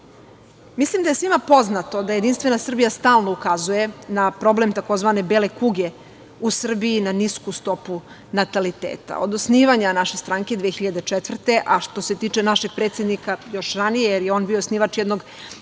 da je svima poznato da je JS stalno ukazuje na problem tzv. bele kuge u Srbiji, na nisku stopu nataliteta. Od osnivanja naše stranke 2004. godine, a što se tiče našeg predsednika, još ranije, jer je on bio osnivač jednog